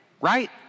Right